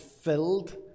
filled